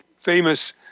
famous